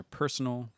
personal